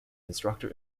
instructor